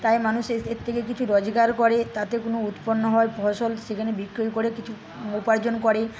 তাই মানুষ এর থেকে কিছু রোজগার করে তাতে কোনো উৎপন্ন হওয়া ফসল সেখানে বিক্রি করে কিছু উপার্জন করে